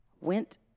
went